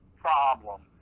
problem